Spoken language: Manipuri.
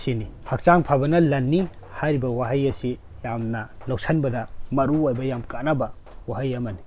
ꯁꯤꯅꯤ ꯍꯛꯆꯥꯡ ꯐꯕꯅ ꯂꯟꯅꯤ ꯍꯥꯏꯔꯤꯕ ꯋꯥꯍꯩ ꯑꯁꯤ ꯌꯥꯝꯅ ꯂꯧꯁꯤꯟꯕꯗ ꯃꯔꯨ ꯑꯣꯏꯕ ꯌꯥꯝ ꯀꯥꯟꯅꯕ ꯋꯥꯍꯩ ꯑꯃꯅꯤ